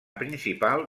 principal